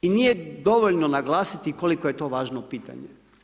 I nije dovoljno naglasiti koliko je to važno pitanje.